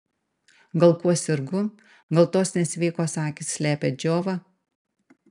gal kuo sergu gal tos nesveikos akys slepia džiovą